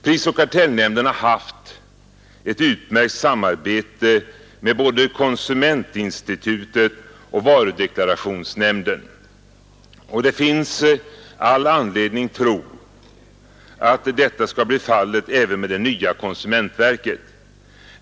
Prisoch kartellnämnden har haft ett utmärkt samarbete med både konsumentinstitutet och varudeklarationsnämnden, och det finns all anledning att tro att detta skall bli fallet även med det nya konsumentverket.